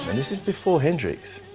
and this is before hendrix.